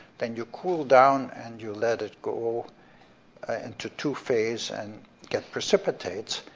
then you cool down and you let it go into two phase and get precipitates.